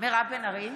מירב בן ארי,